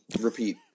repeat